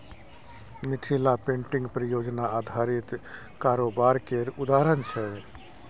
Mithila painting परियोजना आधारित कारोबार केर उदाहरण छै